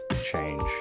change